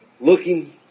looking